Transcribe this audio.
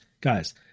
guys